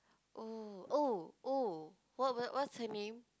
oh oh oh what what's her name